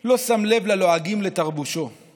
/ לא שם לב ללועגים לתרבושו /